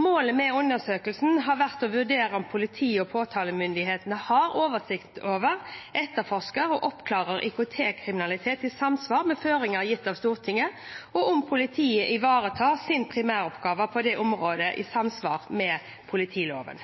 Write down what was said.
Målet med undersøkelsen har vært å vurdere om politiet og påtalemyndighetene har oversikt over, etterforsker og oppklarer IKT-kriminalitet i samsvar med føringer gitt av Stortinget, og om politiet ivaretar sin primæroppgave på det området i samsvar med politiloven.